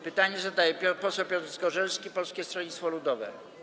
Pytanie zadaje poseł Piotr Zgorzelski, Polskie Stronnictwo Ludowe.